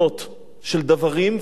של דוורים ושל אזרחים,